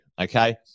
okay